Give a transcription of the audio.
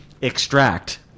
extract